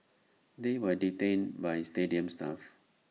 they were detained by stadium staff